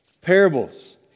Parables